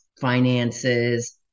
finances